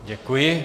Děkuji.